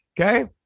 Okay